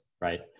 right